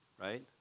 right